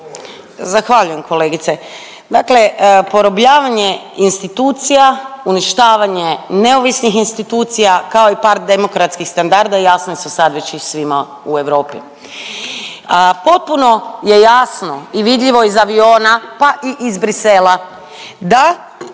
Zahvaljujem kolegice. Dakle porobljavanje institucija, uništavanje neovisnih institucija kao i pad demokratskih standarda jasni su sad već i svima u Europi. Potpuno je jasno i vidljivo iz aviona pa i iz Bruxellesa